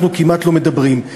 אנחנו כמעט לא מדברים.